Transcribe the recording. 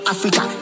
Africa